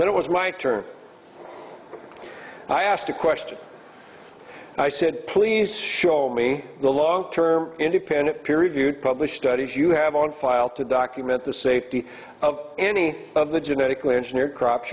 but it was my turn i asked a question i said please show me the long term independent peer reviewed published studies you have on file to document the safety of any of the genetically engineered crops